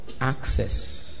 Access